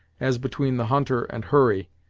as between the hunter and hurry,